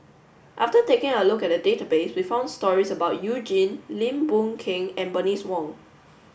after taking a look at the database we found stories about You Jin Lim Boon Keng and Bernice Wong